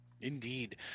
Indeed